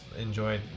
enjoy